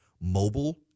mobile